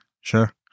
Sure